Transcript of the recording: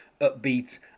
upbeat